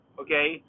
okay